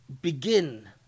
begin